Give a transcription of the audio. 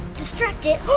distract it?